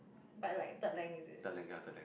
but like bird length is it